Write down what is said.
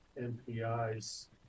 MPI's